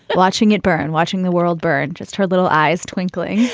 but watching it burn. watching the world burn. just her little eyes twinkling.